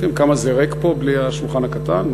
כמה זה ריק פה, בלי השולחן הקטן.